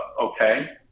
okay